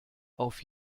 auf